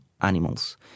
animals